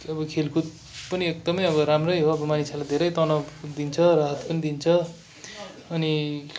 अब खेलकुद पनि एकदमै अब राम्रै हो अब मानिसहरूलाई धेरै तनाउ दिन्छ राहत पनि दिन्छ अनि